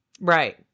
Right